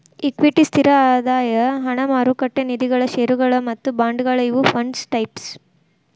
equity ಸ್ಥಿರ ಆದಾಯ ಹಣ ಮಾರುಕಟ್ಟೆ ನಿಧಿಗಳ ಷೇರುಗಳ ಮತ್ತ ಬಾಂಡ್ಗಳ ಇವು ಫಂಡ್ಸ್ ಟೈಪ್ಸ್